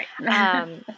right